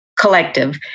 collective